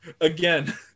again